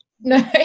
No